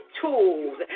tools